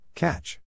Catch